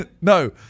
No